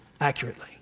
accurately